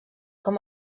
com